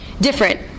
Different